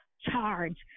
charge